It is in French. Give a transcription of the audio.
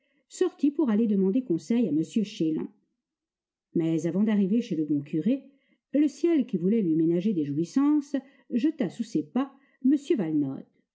sortit pour aller demander conseil à m chélan mais avant d'arriver chez le bon curé le ciel qui voulait lui ménager des jouissances jeta sous ses pas m valenod